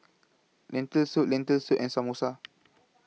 Lentil Soup Lentil Soup and Samosa